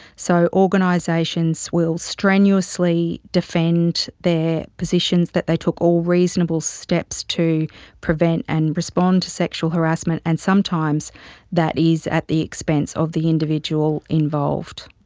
so organisations will strenuously defend their positions, that they took all reasonable steps to prevent and respond to sexual harassment, and sometimes that is at the expense of the individual involved.